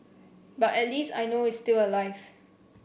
but at least I know is still alive